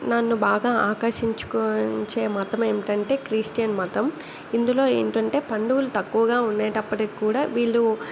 నన్ను బాగా ఆకర్షించుకోనించే మతం ఏమిటంటే క్రిస్టియన్ మతం ఇందులో ఏంటంటే పండుగలు తక్కువగా ఉండేటప్పటికి కూడా వీళ్ళు